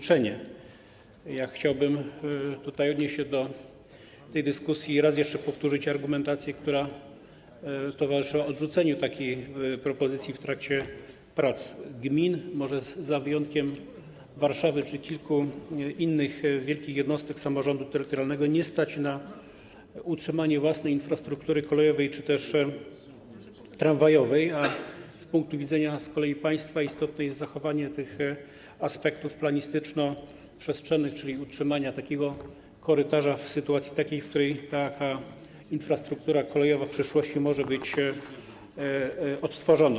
Chciałbym tutaj odnieść się do tej dyskusji i raz jeszcze powtórzyć argumentację, która towarzyszyła odrzuceniu takiej propozycji w trakcie prac: gmin, może za wyjątkiem Warszawy czy kilku innych wielkich jednostek samorządu terytorialnego, nie stać na utrzymanie własnej infrastruktury kolejowej czy też tramwajowej, a z punktu widzenia z kolei państwa istotne jest zachowanie tych aspektów planistyczno-przestrzennych, czyli utrzymanie korytarza, ponieważ taka infrastruktura kolejowa w przyszłości może być odtworzona.